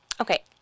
okay